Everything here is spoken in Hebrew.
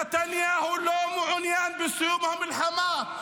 נתניהו לא מעונין בסיום הממשלה,